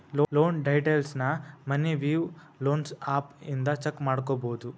loan ಡೇಟೈಲ್ಸ್ನ Money View loans app ಇಂದ check ಮಾಡ್ಕೊಬೋದು